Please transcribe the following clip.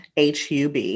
hub